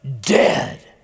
dead